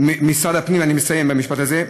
אני מסיים במשפט הזה.